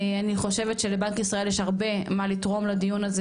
אני חושבת שלבנק ישראל יש הרבה מה לתרום לדיון הזה